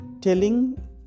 telling